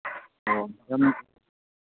ꯑꯣ ꯌꯥꯝ